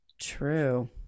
true